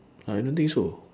I don't think so